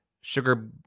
sugar